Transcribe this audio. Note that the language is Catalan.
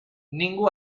ningú